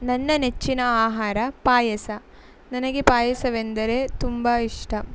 ನನ್ನ ನೆಚ್ಚಿನ ಆಹಾರ ಪಾಯಸ ನನಗೆ ಪಾಯಸವೆಂದರೆ ತುಂಬ ಇಷ್ಟ